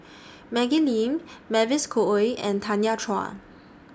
Maggie Lim Mavis Khoo Oei and Tanya Chua